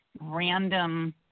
random